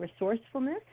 resourcefulness